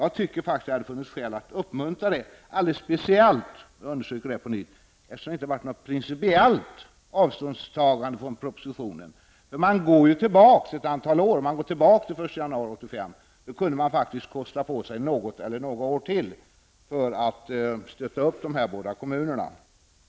Jag tycker faktiskt att det hade funnits skäl att uppmuntra detta, och det alldeles speciellt på grund av att det inte har varit något principiellt avståndstagande från propositionen. Man går ju tillbaka ett antal år, till den 1 januari 1985. Då kunde man faktiskt kosta på sig ytterligare något eller några år för att stötta upp dessa båda kommuner.